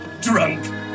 Drunk